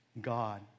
God